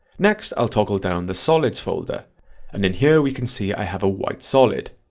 next i'll toggle down the solids folder and in here we can see i have a white solid.